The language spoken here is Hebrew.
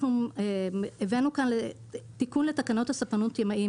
אנחנו הבאנו כאן תיקון לספנות ימאים,